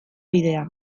bidea